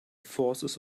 forces